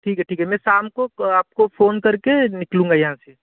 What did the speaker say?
ठीक है ठीक है मैं सामको आपको फोन करके निकलूंगा यहाँ से